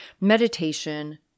Meditation